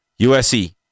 USC